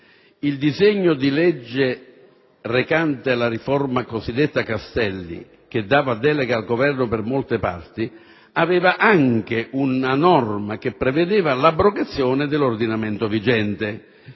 il disegno di legge recante la cosiddetta riforma Castelli, che dava delega al Governo per molte parti, conteneva anche una norma che prevedeva l'abrogazione dell'ordinamento vigente.